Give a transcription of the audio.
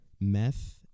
meth